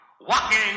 walking